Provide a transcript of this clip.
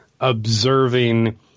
observing